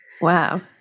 Wow